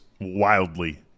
Wildly